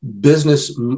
business